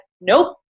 nope